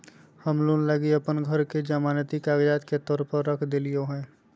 हम लोन लगी अप्पन घर के जमानती कागजात के तौर पर रख देलिओ हें